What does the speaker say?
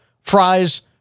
fries